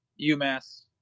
Umass